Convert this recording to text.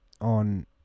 on